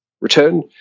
return